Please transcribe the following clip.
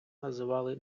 називали